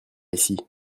ici